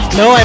no